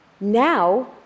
Now